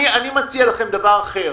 אני מציע דבר אחר